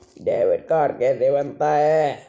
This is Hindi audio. डेबिट कार्ड कैसे बनता है?